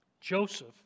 Joseph